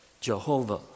Jehovah